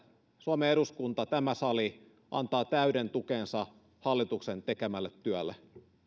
suomen eduskunta tämä sali antaa täyden tukensa hallituksen tekemälle työlle